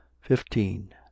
fifteen